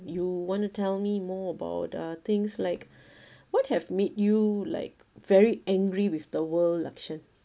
you want to tell me more about uh things like what have made you like very angry with the world lakshen